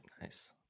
nice